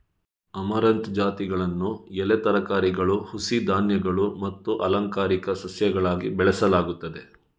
amaranth ಜಾತಿಗಳನ್ನು ಎಲೆ ತರಕಾರಿಗಳು, ಹುಸಿ ಧಾನ್ಯಗಳು ಮತ್ತು ಅಲಂಕಾರಿಕ ಸಸ್ಯಗಳಾಗಿ ಬೆಳೆಸಲಾಗುತ್ತದೆ